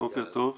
בוקר טוב.